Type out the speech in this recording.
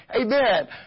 Amen